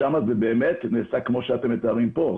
שם זה באמת נעשה כמו שאתם מתארים פה,